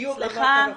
בדיוק אמרת נכון.